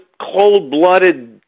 cold-blooded